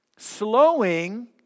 Slowing